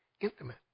intimate